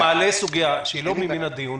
אתה מעלה סוגיה שהיא לא מן הדיון.